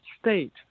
state